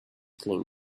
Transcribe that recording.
claim